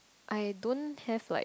I don't have like